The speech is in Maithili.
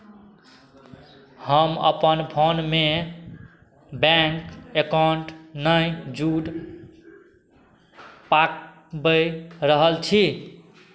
हम अपन फोनमे बैंक अकाउंट नहि जुड़ पावि रहल छी